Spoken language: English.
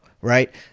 right